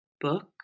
book